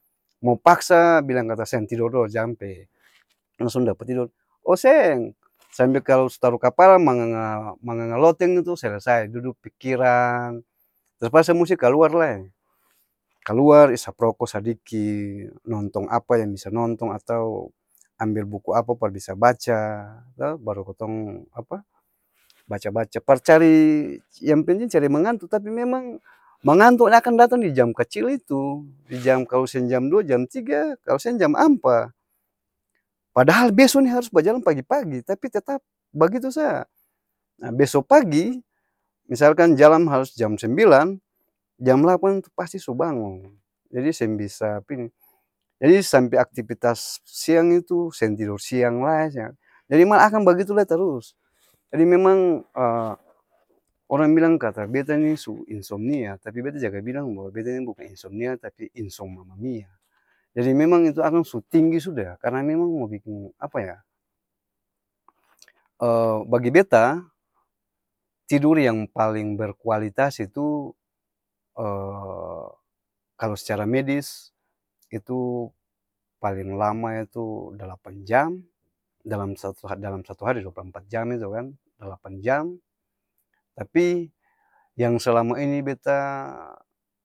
Mau paksa, bilang kata seng tidor do jang pe tong seng dapa tidor o seeng, sampe kalo su taru kapala manganga manganga-loteng itu selesai, dudu pikirang, terpaksa musti kaluar lae, kaluar isap roko sadiki, nontong apa yang bisa nontong atau ambe buku apa par bisa baca to, baru katong apa? Baca-baca par cari yang penting cari manganto tapi memang, manganto ni akang jam kacil itu, di jam kalo seng jam dua jam tiga kalo seng jam ampa, padahal beso ni harus bajalang pagi-pagi tapi tetap begitu saa nah beso pagi, misalkan jalan harus jam sembilan, jam lapan tu pasti su bangong, jadi seng bisa pa ini, jadi sampe aktipitas siang itu seng tidor siang lae, seng ada jadi mar akang begitu lai terus, jadi memang orang bilang kata beta ni su insomnia, tapi beta jaga bilang bahwa beta ini bukan insomnia tapi insom mamamia, jadi memang itu akang su tinggi suda, karna memang mo biking apa ya? bagi beta, tidur yang paling berkualitas itu, kalo secara medis, itu paleng lama itu delapan jam, dalam satu hari dalam-satu hari dua pulu ampat jam itu kan delapan jam, tapi yang selama ini beta.